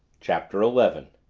chapter eleven